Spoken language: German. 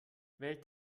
wählt